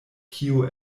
kio